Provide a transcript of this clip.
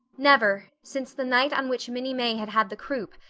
never, since the night on which minnie may had had the croup,